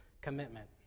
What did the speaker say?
commitment